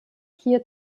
hier